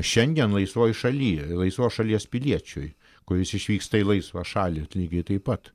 šiandien laisvoj šaly laisvos šalies piliečiui kuris išvyksta į laisvą šalį lygiai taip pat